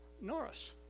Norris